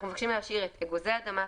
אנחנו מבקשים להשאיר: אגוזי אדמה,